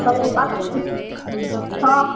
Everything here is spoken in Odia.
ହଉ ଆସୁଛି ହଁ